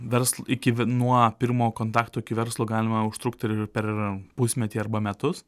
versl iki nuo pirmo kontakto iki verslo galima užtrukt ir per pusmetį arba metus